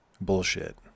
bullshit